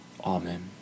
Amen